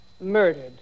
murdered